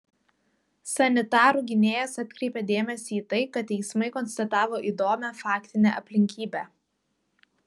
sanitarų gynėjas atkreipė dėmesį į tai kad teismai konstatavo įdomią faktinę aplinkybę